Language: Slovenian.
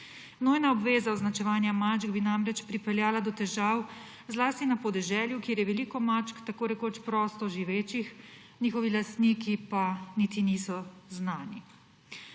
Nujna obveza označevanja mačk bi namreč pripeljala do težav zlasti na podeželju, kjer je veliko mačk tako rekoč prosto živečih, njihovi lastniki pa niti niso znani.